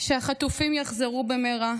שהחטופים יחזרו במהרה,